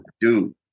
dude